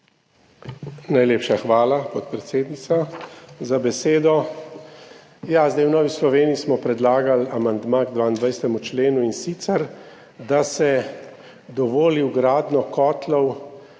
Najlepša hvala, podpredsednica, za besedo. V Novi Sloveniji smo predlagali amandma k 22. členu, in sicer da se dovoli vgradnjo kotlov,